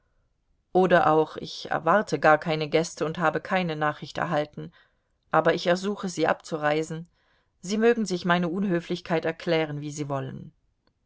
oder auch ich erwarte gar keine gäste und habe keine nachricht erhalten aber ich ersuche sie abzureisen sie mögen sich meine unhöflichkeit erklären wie sie wollen